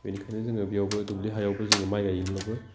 बेनिखायनो जोङो बेयावबो दुब्लि हायावबो जोङो माय गायोब्लाबो